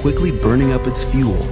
quickly burning up its fuel